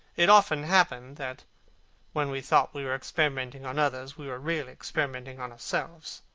it often happened that when we thought we were experimenting on others we were really experimenting on ourselves.